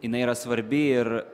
jinai yra svarbi ir